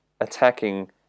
attacking